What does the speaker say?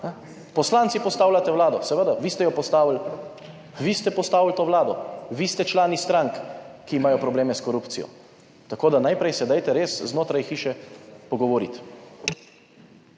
Poslanci postavljate Vlado. Seveda, vi ste jo postavili, vi ste postavili to Vlado, vi ste člani strank, ki imajo probleme s korupcijo, tako da, najprej se dajte res znotraj hiše pogovoriti.